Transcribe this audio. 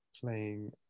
playing